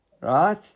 Right